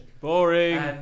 Boring